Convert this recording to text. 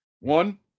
One